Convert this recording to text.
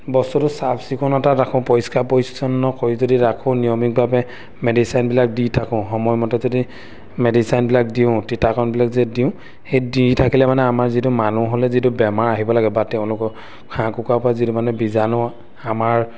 বস্তুটো চাফচিকুণতাত ৰাখোঁ পৰিষ্কাৰ পৰিচ্ছন্ন কৰি যদি ৰাখোঁ নিয়মিতভাৱে মেডিচাইনবিলাক দি থাকোঁ সময়মতে যদি মেডিচাইনবিলাক দিওঁ তিতাকণবিলাক যে দিওঁ সেই দি থাকিলে মানে আমাৰ যিটো মানুহলৈ যিটো বেমাৰ আহিব লাগে বা তেওঁলোকৰ হাঁহ কুকাৰৰপৰা যিটো মানে বীজাণু আমাৰ